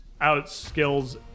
outskills